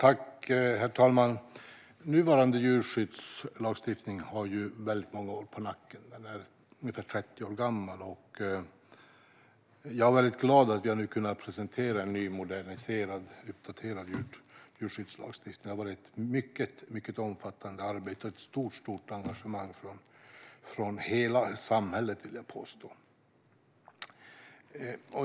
Herr talman! Nuvarande djurskyddslagstiftning har väldigt många år på nacken. Den är ungefär 30 år gammal. Jag är väldigt glad att vi nu har kunnat presentera en ny, moderniserad och uppdaterad djurskyddslagstiftning. Det har varit ett mycket omfattande arbete och ett stort engagemang från hela samhället, vill jag påstå.